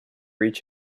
reach